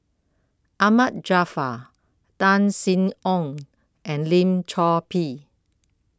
Ahmad Jaafar Tan Sin Aun and Lim Chor Pee